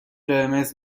قرمز